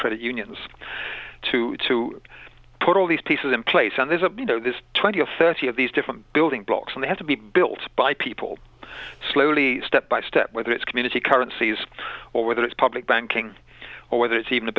credit unions to to put all these pieces in place and there's a you know this twenty or thirty of these different building blocks and they have to be built by people slowly step by step whether it's community currencies or whether it's public banking or whether it's even